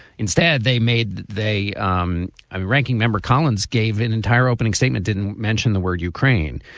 instead, they made they um i'm ranking member collins gave an entire opening statement, didn't mention the word ukraine,